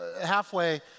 halfway